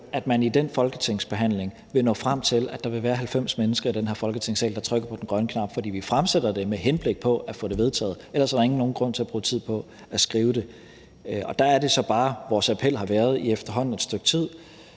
at man i den folketingsbehandling vil nå frem til, at der vil være 90 mennesker i den her Folketingssal, der trykker på den grønne knap, for vi fremsætter det med henblik på at få det vedtaget. Ellers var der ikke nogen grund til at bruge tid på at skrive det. Der er det så bare, at vores appel i efterhånden et stykke tid